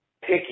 picky